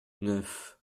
neuf